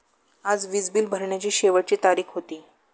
आज वीज बिल भरण्याची शेवटची तारीख होती